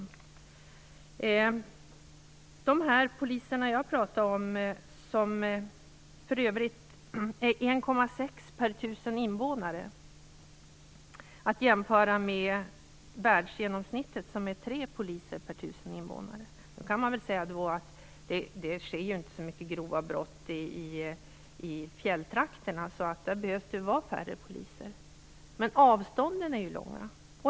När det gäller de poliser som jag talade om, vilka för övrigt är 1,6 per 1 000 invånare att jämföra med världsgenomsnittet, som är 3 poliser per 1 000 invånare, kan man säga att det inte begås så grova brott i fjälltrakterna så att det där behövs färre poliser. Men avstånden är ju långa.